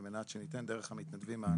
על מנת שנוכל לספק מענים באמצעות המתנדבים.